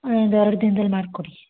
ಹಾಂ ಇನ್ನು ಎರಡು ದಿನ್ದಲ್ಲಿ ಮಾಡಿಕೊಡಿ